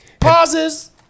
pauses